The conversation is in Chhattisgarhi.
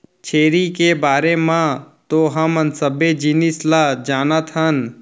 छेरी के बारे म तो हमन सबे जिनिस ल जानत हन